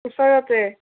ওচৰতে